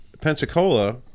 pensacola